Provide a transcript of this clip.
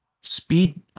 speed